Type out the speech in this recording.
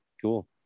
Cool